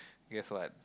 guess what